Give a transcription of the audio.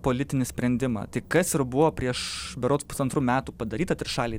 politinį sprendimą tai kas ir buvo prieš berods pusantrų metų padaryta trišalėj